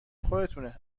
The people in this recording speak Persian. خودتونه